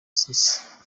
sisi